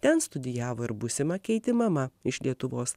ten studijavo ir būsima keiti mama iš lietuvos